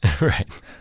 Right